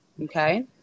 okay